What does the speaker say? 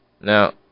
Now